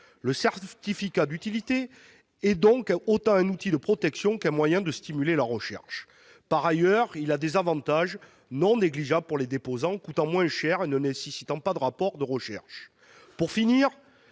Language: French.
Le certificat d'utilité est donc autant un outil de protection qu'un moyen de stimuler la recherche. Il présente aussi des avantages non négligeables pour les déposants, puisqu'il coûte moins cher et ne nécessite pas de rapport de recherche. Pour finir,